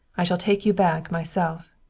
i shall take you back myself.